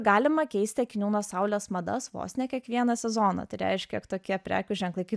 galima keisti akinių nuo saulės madas vos ne kiekvieną sezoną tai reiškia kad tokie prekių ženklai kaip